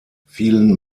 vielen